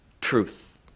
truth